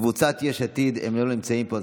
קבוצת יש עתיד לא נמצאים פה,